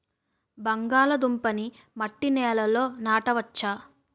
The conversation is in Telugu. బంగాళదుంప నీ మట్టి నేలల్లో నాట వచ్చా?